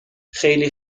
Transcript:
خیلی